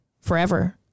forever